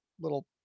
little